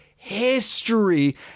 history